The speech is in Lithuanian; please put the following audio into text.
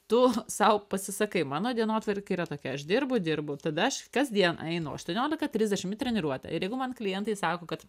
tu sau pasisakai mano dienotvarkė yra tokia aš dirbu dirbu tada aš kasdien einu aštuoniolika trisdešimt į treniruotę ir jeigu man klientai sako kad